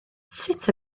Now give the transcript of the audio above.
sut